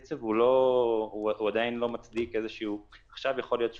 הקצב עדיין לא מצדיק, עכשיו יכול להיות שכן.